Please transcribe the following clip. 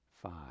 five